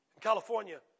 California